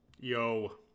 Yo